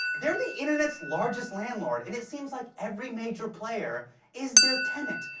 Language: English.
they're the internet's largest landlord, and it seems like every major player is their tenant.